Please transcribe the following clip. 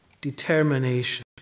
Determination